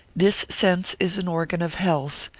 this sense is an organ of health,